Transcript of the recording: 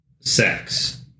sex